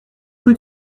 rue